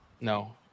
No